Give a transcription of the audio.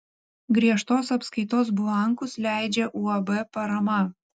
griežtos apskaitos blankus leidžia uab parama